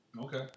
Okay